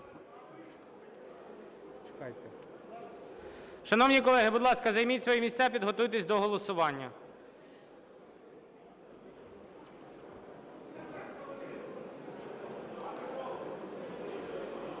Шановні колеги, будь ласка, займіть свої місця, підготуйтесь до голосування. Ставлю